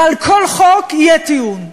ועל כל חוק יהיה טיעון.